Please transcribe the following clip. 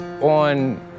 on